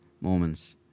Mormons